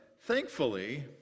thankfully